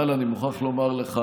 אבל אני מוכרח להגיד לך,